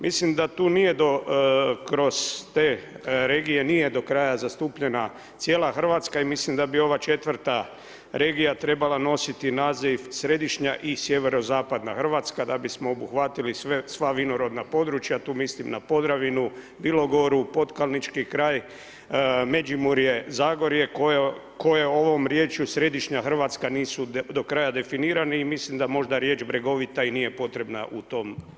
Mislim da tu nije do, kroz te regije, nije do kraja zastupljena cijela Hrvatska i mislim da bi ova četvrta regija trebala nositi naziv središnja i sjeverozapadna Hrvatska da bismo obuhvatili sva vinorodna područja, tu mislim na Podravinu, Bilogoru, Pokajnički kraj, Međimurje, Zagorje, koje ovom riječju središnja Hrvatska nisu do kraja definirani i mislim da možda riječ bregovita i nije potrebna u tom nazivu.